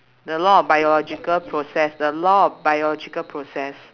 the law of biological process the law of biological process